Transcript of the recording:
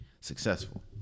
successful